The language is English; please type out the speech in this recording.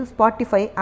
Spotify